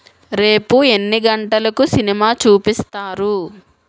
రేపు ఎన్ని గంటలకు సినిమా చూపిస్తారు